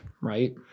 Right